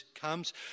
comes